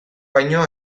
baino